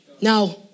Now